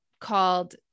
called